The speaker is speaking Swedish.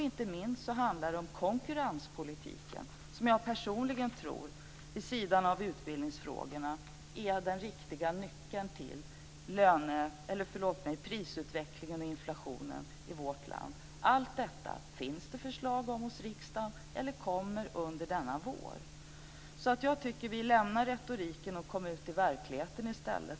Inte minst handlar det om konkurrenspolitiken, som jag personligen tror vid sidan av utbildningsfrågorna är den riktiga nyckeln till prisutvecklingen och inflationen i vårt land. Om allt detta finns det eller kommer det under denna vår att läggas fram förslag i riksdagen. Jag tycker att vi ska lämna retoriken och i stället komma ut i verkligheten.